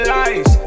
lies